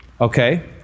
Okay